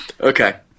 Okay